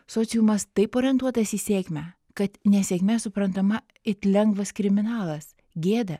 sociumas taip orientuotas į sėkmę kad nesėkmė suprantama it lengvas kriminalas gėda